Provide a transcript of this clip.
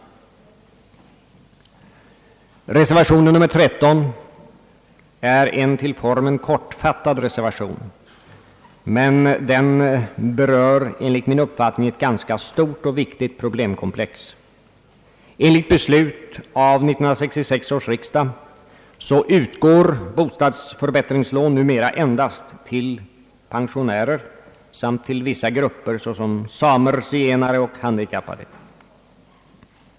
Reservation 13 är en till formen kortfattad reservation men berör enligt min uppfattning ett ganska stort och viktigt problemkomplex. Enligt beslut av 1966 års riksdag utgår bostadsförbättringslån m.m. endast till pensionärer och vissa andra grupper såsom samer, zigenare och handikappade.